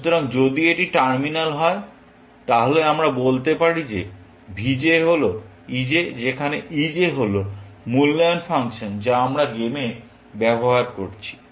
সুতরাং যদি এটি টার্মিনাল হয় তাহলে আমরা বলতে পারি যে v j হল e j যেখানে e j হল মূল্যায়ন ফাংশন যা আমরা গেমে ব্যবহার করছি